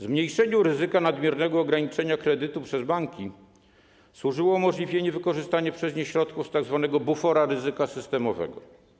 Zmniejszeniu ryzyka nadmiernego ograniczenia kredytu przez banki służyło umożliwienie wykorzystania przez nie środków z tzw. bufora ryzyka systemowego.